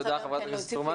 תודה, חברת הכנסת פרומן.